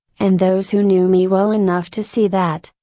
and those who knew me well enough to see that,